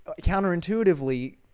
counterintuitively